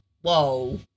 Whoa